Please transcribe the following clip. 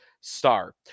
star